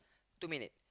two minute